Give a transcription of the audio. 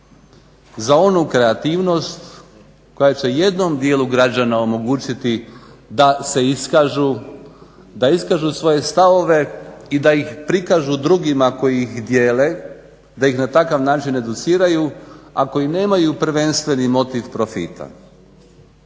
za onu kreativnost koja će jednom djelu građana omogućiti da se iskažu, da iskažu svoje stavove i da ih prikažu drugima koji ih dijele, da ih na takav način educiraju ako i nemaju prvenstveni motiv profita.